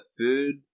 food